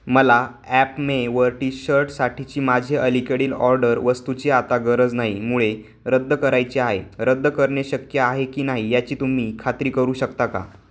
मला ॲपमेवर टी शर्टसाठीची माझी अलीकडील ऑर्डर वस्तूची आता गरज नाही मुळे रद्द करायचे आहे रद्द करणे शक्य आहे की नाही याची तुम्ही खात्री करू शकता का